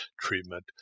treatment